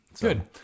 Good